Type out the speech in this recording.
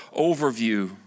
overview